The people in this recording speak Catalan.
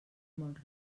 molt